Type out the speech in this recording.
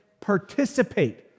participate